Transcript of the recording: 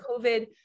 covid